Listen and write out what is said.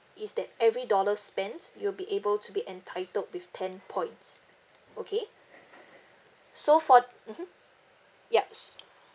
is that every dollar spent you will be able to be entitled with ten points okay so for mmhmm yup